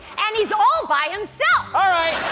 and he's all by himself! alright!